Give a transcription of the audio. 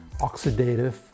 oxidative